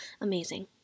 amazing